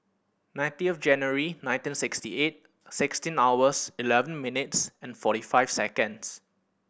nineteen of January nineteen sixty eight sixteen hours eleven minutes and forty five seconds